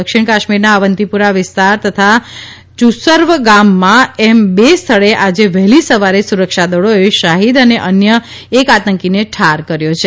દક્ષિણ કાશ્મીરના અવન્તીપુરા વિસ્તાર તથા યુર્સવૂ ગામમાં એમ બે સ્થળે આજે વહેલી સવરે સુરક્ષાદળોએ શાહીદ અને અન્ય એક આતંકીને ઠાર કર્યો હતો